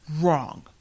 wrong